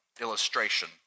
illustration